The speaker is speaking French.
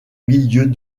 milieux